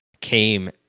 came